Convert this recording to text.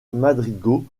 madrigaux